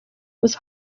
was